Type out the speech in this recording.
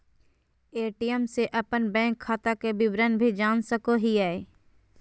ATM से अपन bank खाता के विवरण भी जान सको हिये